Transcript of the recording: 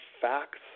facts